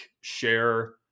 share